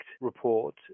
report